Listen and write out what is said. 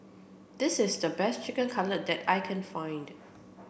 this is the best Chicken Cutlet that I can find